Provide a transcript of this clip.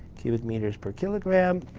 cubic meters per kilogram.